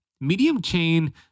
medium-chain